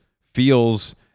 feels